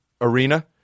arena